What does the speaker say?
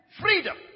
freedom